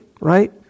right